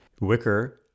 Wicker